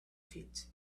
feet